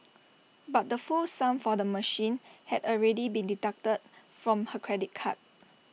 but the full sum for the machine had already been deducted from her credit card